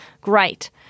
great